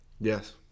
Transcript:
Yes